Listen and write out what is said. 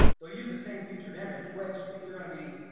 they'll use the same featured image which if you're going to be